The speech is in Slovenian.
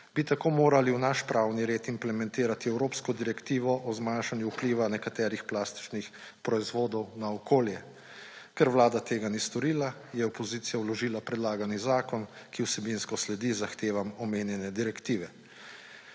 bi tako morali v naš pravni red implementirati Evropsko direktivo o zmanjšanju vpliva nekaterih plastičnih proizvodov na okolje. Ker Vlada tega ni storila, je opozicija vložila predlagani zakon, ki vsebinsko sledi zahtevam omenjene direktive.